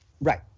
Right